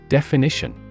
Definition